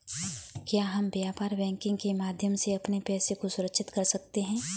क्या हम व्यापार बैंकिंग के माध्यम से अपने पैसे को सुरक्षित कर सकते हैं?